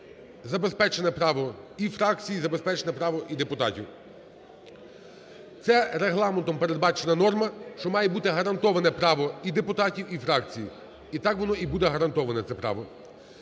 Забезпечене право і фракцій, забезпечене право і депутатів. Це Регламентом передбачена норма, що має бути гарантоване право і депутатів, і фракцій, і так воно і буде гарантоване це право.